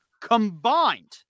Combined